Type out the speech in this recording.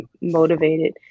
motivated